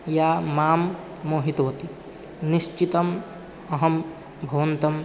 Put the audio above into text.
या मां मोहितवती निश्चितम् अहं भवन्तं